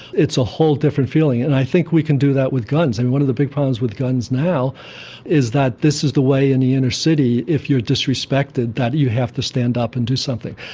it's a whole different feeling. and i think we can do that with guns. and one of the big problems with guns now is that this is the way in the inner city, if you're disrespected, that you have to stand up and do something.